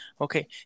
Okay